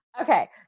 okay